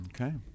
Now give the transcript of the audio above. okay